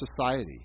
society